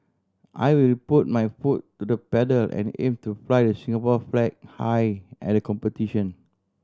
I will put my foot to the pedal and aim to fly the Singapore flag high at the competition